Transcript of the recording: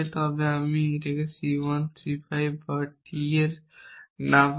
তবে আমি C 1 C 5 বা T এর না পাব